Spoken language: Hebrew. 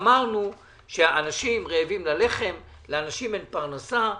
אמרנו שאנשים רעבים ללחם, לאנשים אין פרנסה,